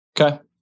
Okay